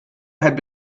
had